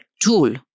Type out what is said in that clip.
tool